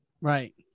right